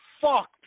fuck